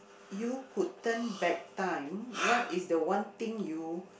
you could turn back time what is the one thing you